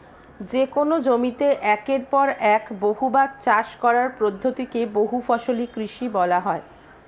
যেকোন জমিতে একের পর এক বহুবার চাষ করার পদ্ধতি কে বহুফসলি কৃষি বলা হয়